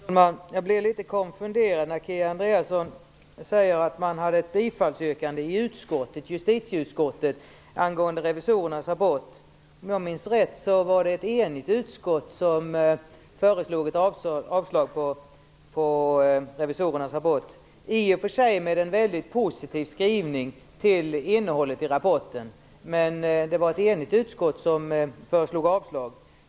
Fru talman! Jag blir litet konfunderad när Kia Andreasson säger att justitieutskottet yrkade bifall till revisorernas rapport. Om jag minns rätt föreslog ett enigt utskott avslag på revisorernas rapport, i och för sig med en mycket positiv skrivning till innehållet i rapporten. Men det var ett enigt utskott som föreslog avslag.